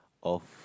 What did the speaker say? of